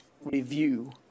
review